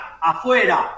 afuera